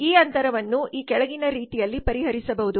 ಈ ಅಂತರವನ್ನು ಈ ಕೆಳಗಿನ ರೀತಿಯಲ್ಲಿ ಪರಿಹರಿಸಬಹುದು